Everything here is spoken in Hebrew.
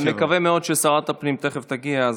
אני מקווה מאוד ששרת הפנים תכף תגיע.